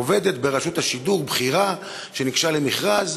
עובדת ברשות השידור, בכירה, שניגשה למכרז,